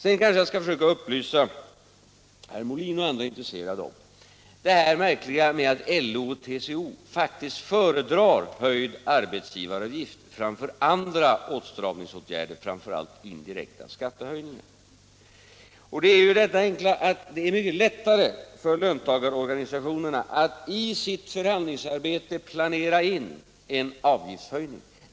Jag kanske också skall försöka upplysa herr Molin och andra intresserade om hur det förhåller sig med det här märkliga att LO och TCO faktiskt föredrar höjd arbetsgivaravgift framför andra åtstramningsåtgärder, främst indirekta skattehöjningar. Det är ju på det enkla sättet att det är mycket lättare för löntagarorganisationerna att i sitt förhandlingsarbete planera in en avgiftshöjning.